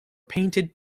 painted